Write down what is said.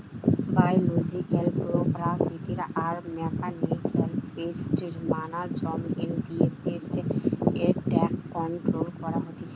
biological প্রাকৃতিক আর mechanical pest management দিয়ে পেস্ট এট্যাক কন্ট্রোল করা হতিছে